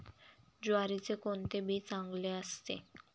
ज्वारीचे कोणते बी चांगले असते?